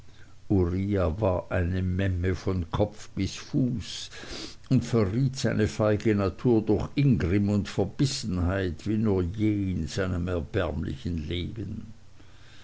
uriah war eine memme von kopf bis fuß und verriet seine feige natur durch ingrimm und verbissenheit wie nur je in seinem erbärmlichen leben